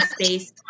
space